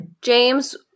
James